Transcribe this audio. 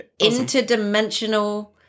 interdimensional